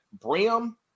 brim